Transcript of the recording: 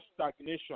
stagnation